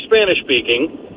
Spanish-speaking